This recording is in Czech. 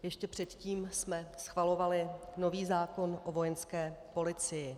Ještě předtím jsme schvalovali nový zákon o Vojenské policii.